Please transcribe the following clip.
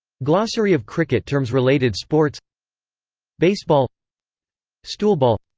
glossary of cricket termsrelated sports baseball stoolball